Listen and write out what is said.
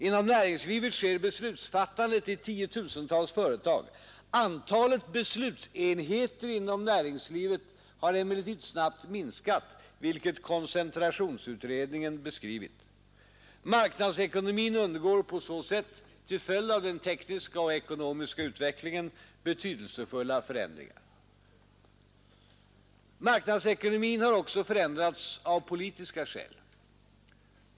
Inom näringslivet sker beslutsfattandet i tiotusentals företag. Antalet beslutsenheter i näringslivet har emellertid snabbt minskat, vilket koncentrationsutredningen beskrivit. Marknadsekonomin undergår på så sätt — till följd av den tekniska och ekonomiska utvecklingen — betydelsefulla förändringar. Marknadsekonomin har också förändrats av politiska skäl.